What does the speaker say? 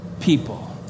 people